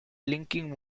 linking